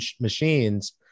machines